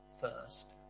first